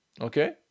okay